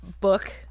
book